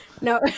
No